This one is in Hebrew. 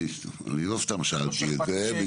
אני לא סתם שאלתי את זה,